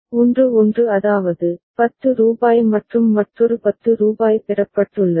1 1 அதாவது 10 ரூபாய் மற்றும் மற்றொரு ரூபாய் 10 பெறப்பட்டுள்ளது